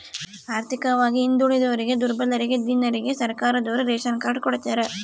ಆರ್ಥಿಕವಾಗಿ ಹಿಂದುಳಿದೋರಿಗೆ ದುರ್ಬಲರಿಗೆ ದೀನರಿಗೆ ಸರ್ಕಾರದೋರು ರೇಶನ್ ಕಾರ್ಡ್ ಕೊಡ್ತಾರ